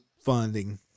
funding